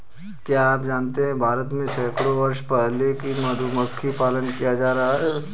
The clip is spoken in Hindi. क्या आप जानते है भारत में सैकड़ों वर्ष पहले से मधुमक्खी पालन किया जाता रहा है?